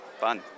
fun